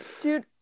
Dude